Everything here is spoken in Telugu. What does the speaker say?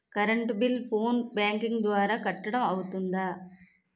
కరెంట్ బిల్లు ఫోన్ బ్యాంకింగ్ ద్వారా కట్టడం అవ్తుందా?